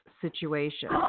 situation